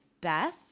beth